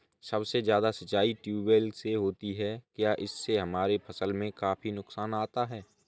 सबसे ज्यादा सिंचाई ट्यूबवेल से होती है क्या इससे हमारे फसल में काफी नुकसान आता है?